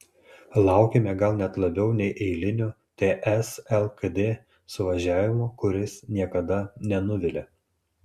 laukėme gal net labiau nei eilinio ts lkd suvažiavimo kuris niekada nenuvilia